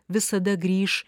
visada grįš